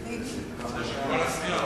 בבקשה.